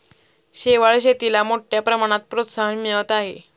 शेवाळ शेतीला मोठ्या प्रमाणात प्रोत्साहन मिळत आहे